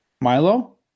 Milo